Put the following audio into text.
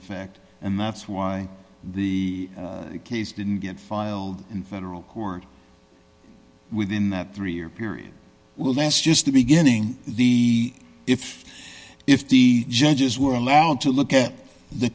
effect and that's why the case didn't get filed in federal court within that three year period will last just the beginning the if if the judges were allowed to look at the